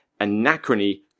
Anachrony